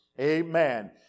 Amen